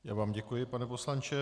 Já vám děkuji, pane poslanče.